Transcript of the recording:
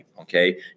Okay